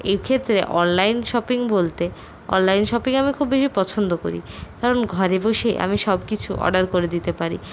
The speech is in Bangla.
এই ক্ষেত্রে অনলাইন শপিং বলতে অনলাইন শপিং আমি খুব বেশি পছন্দ করি কারণ ঘরে বসে আমি সব কিছু অর্ডার করে দিতে পারি